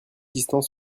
distance